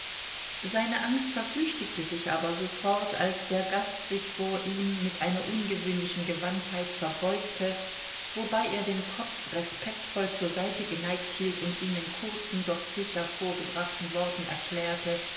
seine angst verflüchtigte sich aber sofort als der gast sich vor ihm mit einer ungewöhnlichen gewandtheit verbeugte wobei er den kopf respektvoll zur seite geneigt hielt und ihm in kurzen doch sicher vorgebrachten worten erklärte